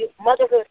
Motherhood